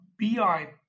BI